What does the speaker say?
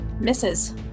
Misses